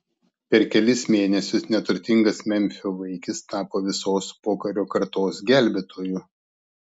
per kelis mėnesius neturtingas memfio vaikis tapo visos pokario kartos gelbėtoju